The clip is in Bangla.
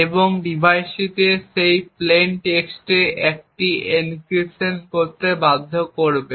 এবং ডিভাইসটিকে সেই প্লেইন টেক্সটে একটি এনক্রিপশন করতে বাধ্য করবে